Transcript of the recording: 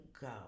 go